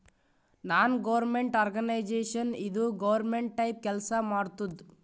ನಾನ್ government organisation ಇದು government type ಕೆಲ್ಸಾ ಮಾಡತ್ತುದ್